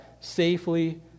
safely